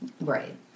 Right